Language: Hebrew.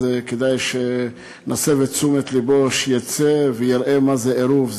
אז כדאי שנסב את תשומת לבו שיצא ויראה מה זה עירוב.